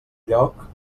lloc